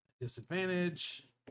disadvantage